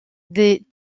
des